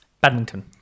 Badminton